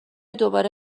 دوباره